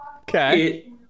Okay